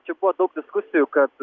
čia buvo daug diskusijų kad